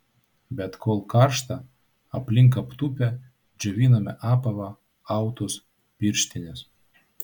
bet kol karšta aplink aptūpę džioviname apavą autus pirštines